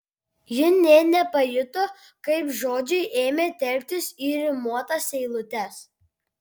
ji nė nepajuto kaip žodžiai ėmė telktis į rimuotas eilutes